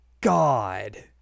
God